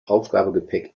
aufgabegepäck